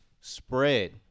spread